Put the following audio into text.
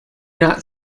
not